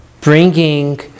bringing